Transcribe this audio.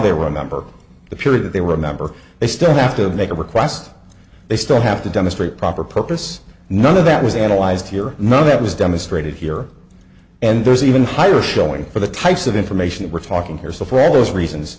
there were a number the period that they were a member they still have to make a request they still have to demonstrate proper purpose none of that was analyzed here no that was demonstrated here and there's even higher showing for the types of information we're talking here so